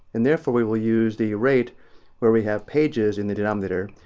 and therefore we will use the rate where we have pages in the denominator,